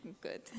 good